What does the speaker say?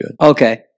Okay